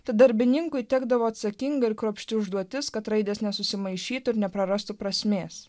tad darbininkui tekdavo atsakinga ir kruopšti užduotis kad raidės nesusimaišytų ir neprarastų prasmės